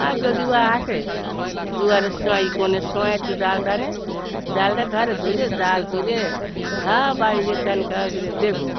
আর যদি বা আসে জোয়ারের সময় সময় একটু জাল টানে জালটা ধরে ধরে জাল তুলে হ্যাঁ বাড়ি গিয়ে চান খাওয়া করে দেখুন